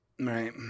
right